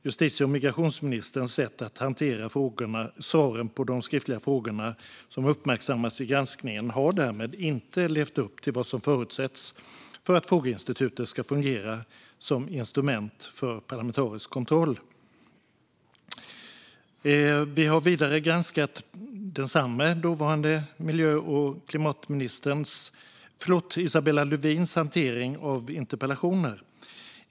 Justitie och migrationsministerns sätt att hantera svaren på de skriftliga frågor som uppmärksammas i granskningen har därmed inte levt upp till vad som förutsätts för att frågeinstituten ska fungera som instrument för parlamentarisk kontroll. Vi har vidare granskat dåvarande miljö och klimatminister Isabella Lövins hantering av interpellationer.